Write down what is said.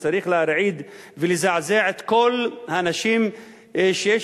וצריך להרעיד ולזעזע את כל האנשים שיש